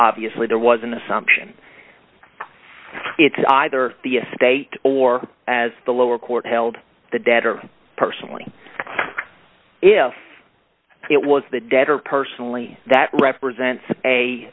obviously there was an assumption it's either the state or as the lower court held the debtor personally if it was the debtor personally that represents a